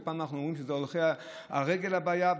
ופעם אנחנו אומרים שהולכי הרגל הם הבעיה,